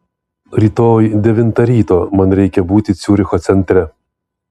rytoj devintą ryto man reikia būti ciuricho centre